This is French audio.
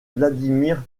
vladimir